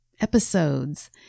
episodes